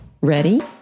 Ready